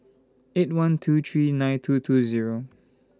eight one two three nine two two Zero